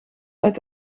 uit